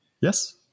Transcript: yes